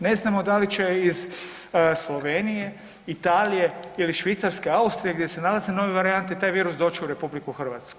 Ne znamo da li će iz Slovenije, Italije ili Švicarske, Austrije gdje se nalaze nove varijante, taj virus doć u RH.